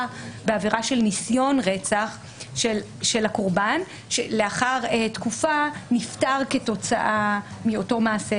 בעבירה של ניסיון רצח של הקורבן שלאחר תקופה נפטר כתוצאה מאותו מעשה